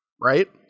right